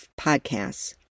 podcasts